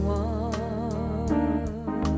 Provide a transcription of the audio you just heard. one